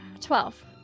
Twelve